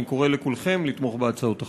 אני קורא לכולכם לתמוך בהצעות החוק.